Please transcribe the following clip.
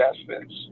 investments